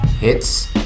hits